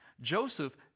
Joseph